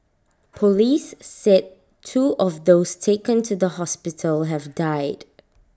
Police said two of those taken to the hospital have died